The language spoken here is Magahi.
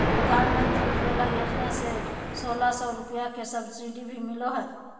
प्रधानमंत्री उज्ज्वला योजना से सोलह सौ रुपया के सब्सिडी भी मिलो हय